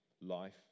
Life